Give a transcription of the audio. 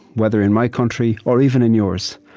whether in my country or, even, in yours.